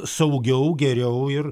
saugiau geriau ir